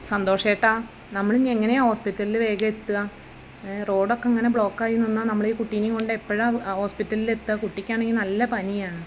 സന്തോഷ് ചെട്ടാ നമ്മൾ ഇനി എങ്ങനെയാണ് ഹോസ്പിറ്റലില് വേഗം എത്തുക റോഡൊക്കെ ഇങ്ങനെ ബ്ലോക്കായി നിന്നാൽ നമ്മൾ ഈ കുട്ടിയെയും കൊണ്ട് എപ്പഴാണ് ഹോസ്പിറ്റലിൽ എത്തുക കുട്ടിക്കാണെങ്കിൽ നല്ല പനിയാണ്